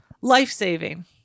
life-saving